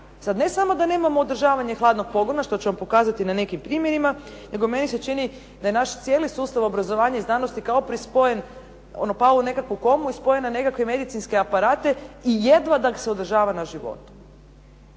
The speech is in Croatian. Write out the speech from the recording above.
Sad ne samo da nemamo održavanje hladnog pogona što ćemo pokazati na nekim primjerima nego meni se čini da je naš cijeli sustav obrazovanja i znanosti kao prespojen, ono pao u nekakvu komu i spojen na nekakve medicinske aparate i jedva da se održava na životu.